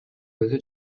өзү